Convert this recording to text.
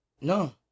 No